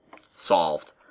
solved